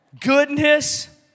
Goodness